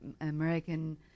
American